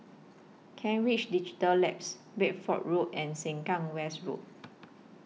Kent Ridge Digital Labs Bedford Road and Sengkang West Road